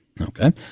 Okay